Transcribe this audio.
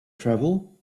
travel